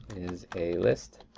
is a list